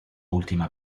ultima